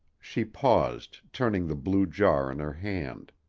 she paused, turning the blue jar in her hand.